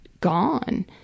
gone